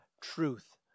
truth